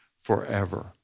forever